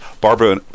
Barbara